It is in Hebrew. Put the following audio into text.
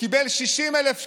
קיבל 60,000 שקלים?